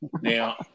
Now